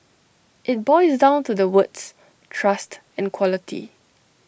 IT boils down to the words trust and quality